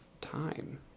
time